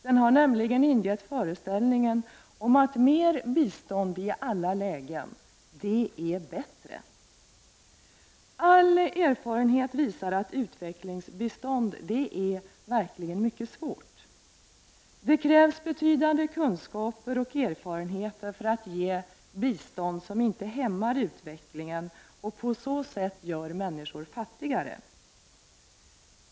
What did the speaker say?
Den har nämligen ingivit föreställningen om att mer bistånd i alla lägen är det bästa. All erfarenhet visar att utvecklingsbistånd verkligen är någonting mycket svårt. Det krävs betydande kunskaper och erfarenheter för att ge ett bistånd som inte hämmar utvecklingen och på så sätt gör människor fattigare.